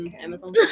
Amazon